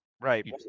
Right